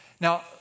Now